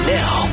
now